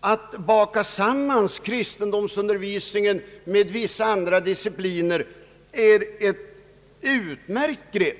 Att nu baka samman kristendomsundervisningen med vissa andra discipliner tycker jag är ett utmärkt grepp